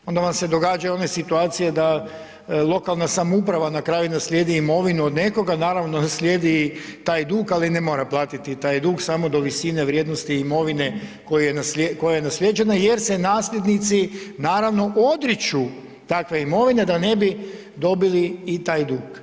I onda vam se događaju one situacije da lokalna samouprava na kraju naslijedi imovinu od nekoga, naravno naslijedi taj dug ali ne mora platiti taj dug samo do visine vrijednosti imovine koja je naslijeđena jer se nasljednici naravno odriču takve imovine da ne bi dobili i taj dug.